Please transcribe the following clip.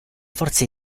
forze